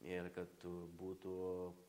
ir kad būtų